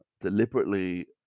deliberately